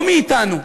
לא מאתנו,